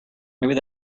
maybe